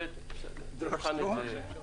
אחת השיטות זה להלעיט אותך בנתונים,